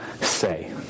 say